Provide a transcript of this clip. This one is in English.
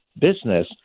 business